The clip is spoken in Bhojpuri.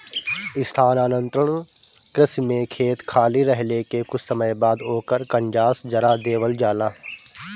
स्थानांतरण कृषि में खेत खाली रहले के कुछ समय बाद ओकर कंजास जरा देवल जाला